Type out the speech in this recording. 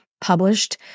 published